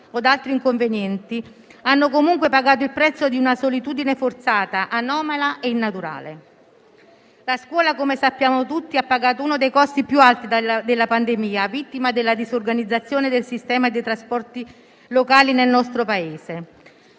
o altri inconvenienti, hanno comunque pagato il prezzo di una solitudine forzata, anomala e innaturale. La scuola, come sappiamo tutti, ha pagato uno dei costi più alti della pandemia, vittima della disorganizzazione del sistema dei trasporti locali nel nostro Paese,